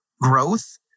growth